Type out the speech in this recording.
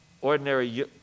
ordinary